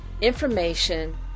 information